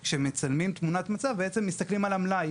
כשמצלמים תמונת מצב מסתכלים על המלאי,